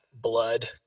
blood